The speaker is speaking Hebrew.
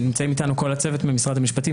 נמצא איתי כל הצוות ממשרד המשפטים,